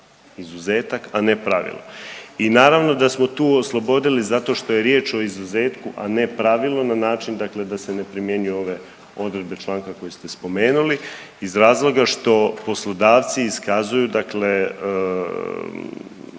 izuzetak, a ne pravilo i naravno da smo tu oslobodili zato što je riječ o izuzetku, a ne pravilu na način dakle da se ne primjenjuju ove odredbe članka koji ste spomenuli iz razloga što poslodavci iskazuju dakle